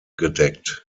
gedeckt